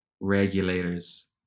regulators